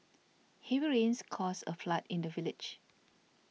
heavy rains caused a flood in the village